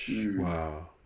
Wow